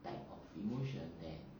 type of emotion that